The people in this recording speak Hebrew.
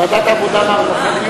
ועדת העבודה והרווחה,